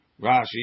Rashi